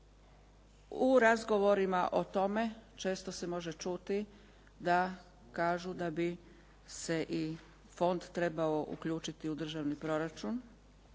U razgovorima o tome često se može čuti da kažu da bi se i fond trebao uključiti u državni proračun,